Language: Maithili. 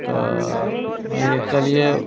तऽ मानिके चलियौ